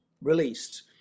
released